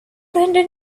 hundred